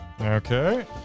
Okay